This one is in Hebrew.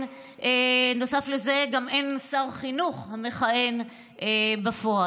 בנוסף לזה, גם אין שר חינוך המכהן בפועל.